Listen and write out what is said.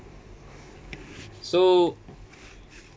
so